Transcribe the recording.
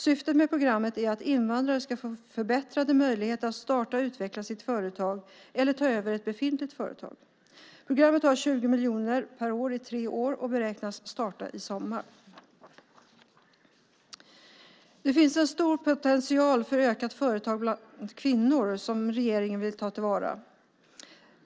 Syftet med programmet är att invandrare ska få förbättrad möjlighet att starta och utveckla sitt företag eller ta över ett befintligt företag. Programmet har 20 miljoner per år i tre år och beräknas starta i sommar. Det finns en stor potential för ökat företagande bland kvinnor som regeringen vill ta till vara.